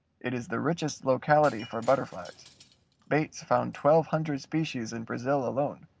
it is the richest locality for butterflies bates found twelve hundred species in brazil alone,